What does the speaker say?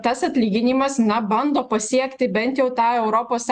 tas atlyginimas na bando pasiekti bent jau tą europos